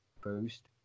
first